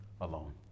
alone